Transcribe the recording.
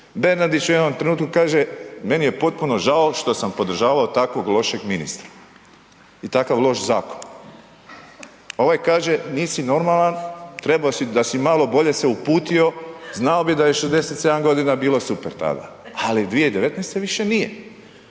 Bernardić u jednom trenutku kaže meni je potpuno žao što sam podržavao takvog lošeg ministra i takav loš zakon. Ovaj kaže nisi normalan, trebao si da si malo bolje se uputio, znao bi da je 67 g. bilo super tada ali 2019. više nije.